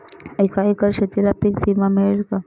एका एकर शेतीला पीक विमा मिळेल का?